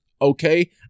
okay